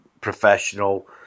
professional